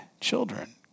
children